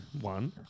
one